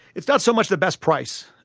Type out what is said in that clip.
it's not so much the best price.